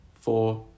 four